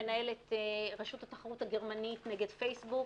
גוגל להליכים שמנהלת רשות התחרות הגרמנית נגד פייסבוק,